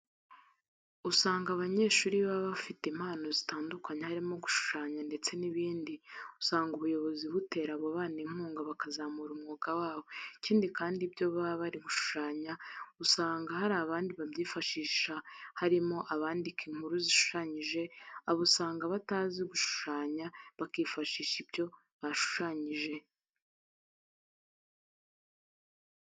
Usanga abanyeshuri baba bafite impano zitandukanye harimo gushushanya ndetse n'ibindi, usanga ubuyobozi butera abo bana inkunga bakazamura umwuga wabo, ikindi kandi ibyo baba bari gushushanya usanga hari abandi babyifashisha harimo abandika inkuru zishushanyije abo usanga batazi gushushanya bakifashisha ibyo aba bashushanyije.